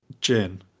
Jin